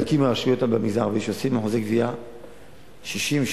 חלקים מהרשויות במגזר הערבי שאחוזי גבייה בהם 60%,